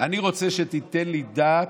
אני רוצה שתיתן לי דעת,